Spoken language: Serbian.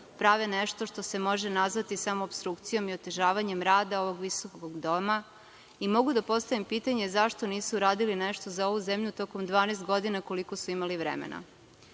prave nešto što se može nazvati samo opstrukcijom i otežavanjem rada ovog visokog doma i mogu da postavim pitanje zašto nisu radili nešto za ovu zemlju tokom 12 godina koliko su imali